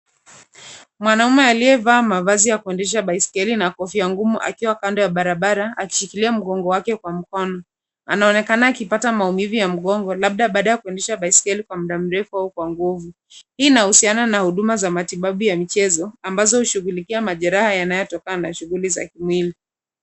Mwanaume aliyevaa mavazi ya kuendesha baiskeli na kofia ngumu akiwa kando ya barabara akishikilia mgongo wake kwa mkono. Anaonekana akipata maumivu ya mgongo, labda baada ya kuendesha baiskeli kwa muda mrefu au kwa nguvu. Hii inahusiana na huduma za matibabu ya michezo ambazo hushughulikia majeraha yanayotokana na shughuli za kimwili.